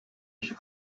ich